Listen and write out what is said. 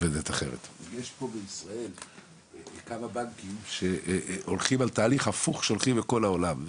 יש פה בישראל כמה בנקים שהולכים על תהליך הפוך שהולכים בכל העולם.